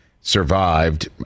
survived